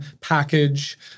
package